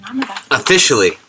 Officially